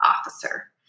officer